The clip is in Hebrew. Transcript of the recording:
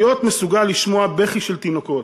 להיות מסוגל לשמוע בכי של תינוקות.